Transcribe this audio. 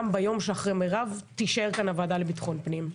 גם ביום שאחרי מירב תישאר כאן הוועדה לביטחון פנים.